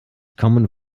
common